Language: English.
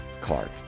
Clark